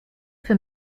für